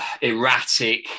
erratic